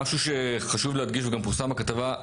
משהו שחשוב להדגיש וגם פורסם בכתבה,